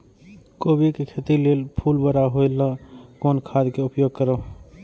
कोबी के खेती लेल फुल बड़ा होय ल कोन खाद के उपयोग करब?